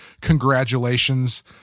congratulations